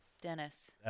Dennis